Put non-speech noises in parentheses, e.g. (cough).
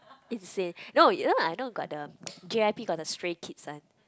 insane no you know I know got the (noise) J_Y_P got the Stray-Kids [one]